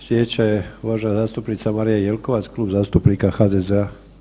Slijedeća je uvažena zastupnica Marija Jelkovac, Klub zastupnika HDZ-a.